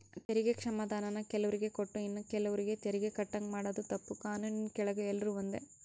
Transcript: ತೆರಿಗೆ ಕ್ಷಮಾಧಾನಾನ ಕೆಲುವ್ರಿಗೆ ಕೊಟ್ಟು ಇನ್ನ ಕೆಲುವ್ರು ತೆರಿಗೆ ಕಟ್ಟಂಗ ಮಾಡಾದು ತಪ್ಪು, ಕಾನೂನಿನ್ ಕೆಳಗ ಎಲ್ರೂ ಒಂದೇ